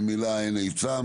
ממילא אין היצע,